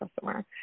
customer